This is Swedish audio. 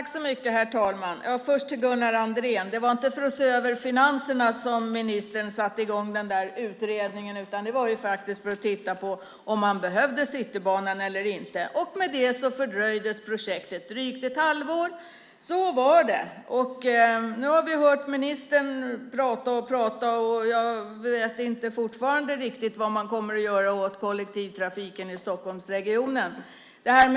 Herr talman! Först till Gunnar Andrén: Det var inte för att se över finanserna som ministern satte i gång den där utredningen, utan det var för att titta på om man behövde Citybanan eller inte. Och därmed fördröjdes projektet drygt ett halvår. Så var det. Nu har vi hört ministern prata och prata, och jag vet fortfarande inte riktigt vad man kommer att göra åt kollektivtrafiken i Stockholmsregionen.